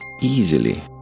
easily